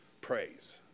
praise